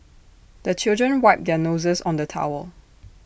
the children wipe their noses on the towel